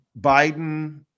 Biden